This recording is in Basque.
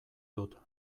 dut